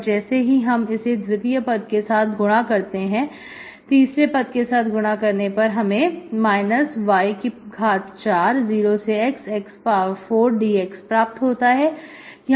और जैसे ही हम इसे द्वितीय पद के साथ गुना करते हैं तीसरे पद के साथ गुना करने पर हमें 2y40xx4 dx प्राप्त होता है